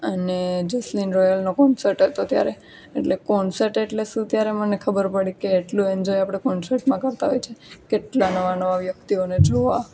અને જસલીન રોયલનો કોન્સર્ટ હતો ત્યારે એટલે કોન્સર્ટ એટલે શું ત્યારે મને ખબર પડે કે એટલું એન્જોય આપણે કોન્સર્ટમાં કરતા હોઈએ છે કેટલા નવા નવા વ્યક્તિઓને જોવા